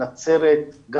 נצרת,